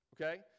okay